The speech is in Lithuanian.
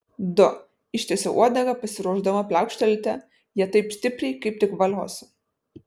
du ištiesiau uodegą pasiruošdama pliaukštelėti ja taip stipriai kaip tik valiosiu